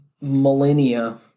millennia